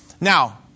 Now